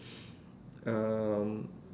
um